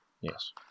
Yes